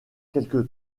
quelque